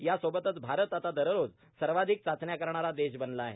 यासोबतच भारत आता दररोज सर्वाधिक चाचण्या करणारा देश बनला आहे